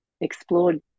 explored